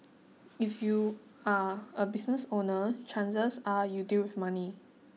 if you're a business owner chances are you deal with money